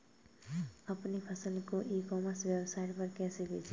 अपनी फसल को ई कॉमर्स वेबसाइट पर कैसे बेचें?